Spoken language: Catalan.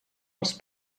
els